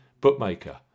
bookmaker